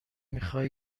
میخای